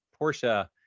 porsche